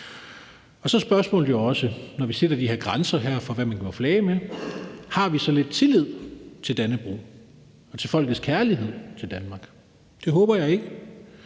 Så er spørgsmålet jo også, når vi sætter de her grænser for, hvad man må flage med, om vi har så lidt tillid til Dannebrog og til folkets kærlighed til Danmark? Det håber jeg ikke.